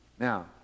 Now